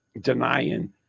denying